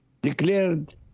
Declared